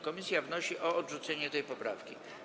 Komisja wnosi o odrzucenie tej poprawki.